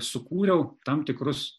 sukūriau tam tikrus